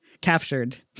captured